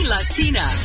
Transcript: Latina